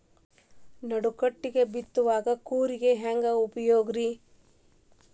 ನಡುಕಟ್ಟಿನ ಬಿತ್ತುವ ಕೂರಿಗೆ ಹೆಂಗ್ ಉಪಯೋಗ ರಿ?